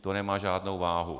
To nemá žádnou váhu!